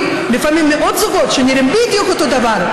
לפעמים מאות זוגות שנראים בדיוק אותו דבר.